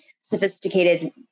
sophisticated